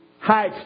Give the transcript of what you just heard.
height